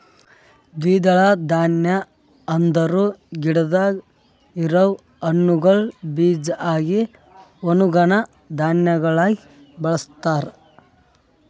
ದ್ವಿದಳ ಧಾನ್ಯ ಅಂದುರ್ ಗಿಡದಾಗ್ ಇರವು ಹಣ್ಣುಗೊಳ್ ಬೀಜ ಆಗಿ ಒಣುಗನಾ ಧಾನ್ಯಗೊಳಾಗಿ ಬಳಸ್ತಾರ್